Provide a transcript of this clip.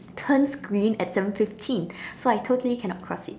turns green at seven fifteen so I totally cannot cross it